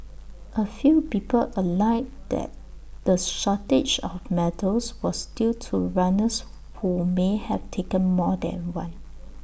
A few people alleged that the shortage of medals was due to runners who may have taken more than one